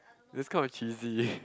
that's kind of cheesy leh